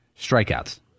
Strikeouts